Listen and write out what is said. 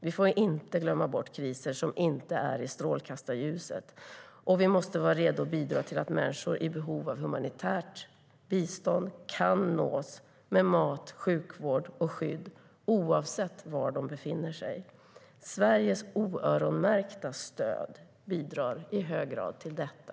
Vi får inte glömma bort kriser som inte är i strålkastarljuset, och vi måste vara redo att bidra till att människor i behov av humanitärt bistånd kan nås med mat, sjukvård och skydd oavsett var de befinner sig. Sveriges oöronmärkta stöd bidrar i hög grad till detta.